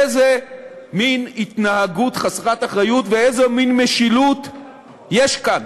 איזה מין התנהגות חסרת אחריות ואיזה מין משילות יש כאן?